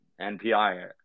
NPI